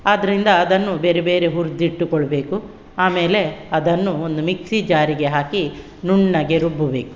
ಆದ್ದರಿಂದ ಅದನ್ನು ಬೇರೆ ಬೇರೆ ಹುರಿದಿಟ್ಟುಕೊಳ್ಬೇಕು ಆಮೇಲೆ ಅದನ್ನು ಒಂದು ಮಿಕ್ಸಿ ಜಾರಿಗೆ ಹಾಕಿ ನುಣ್ಣಗೆ ರುಬ್ಬಬೇಕು